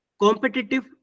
competitive